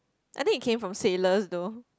I think it came from sailors though